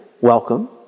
Welcome